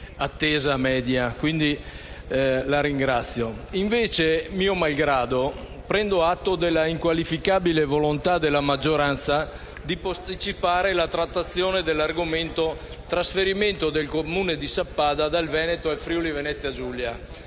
attesa media. Invece, mio malgrado, prendo atto della inqualificabile volontà della maggioranza di posticipare la trattazione dell'argomento concernente il trasferimento del Comune di Sappada dal Veneto al Friuli-Venezia Giulia.